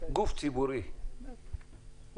שגוף ציבורי מתוקצב,